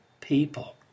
people